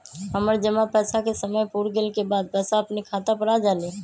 हमर जमा पैसा के समय पुर गेल के बाद पैसा अपने खाता पर आ जाले?